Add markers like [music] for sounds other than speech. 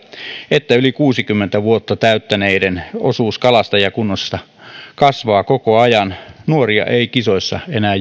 että yli kuusikymmentä vuotta täyttäneiden osuus kalastajakunnasta kasvaa koko ajan nuoria ei kisoissa enää [unintelligible]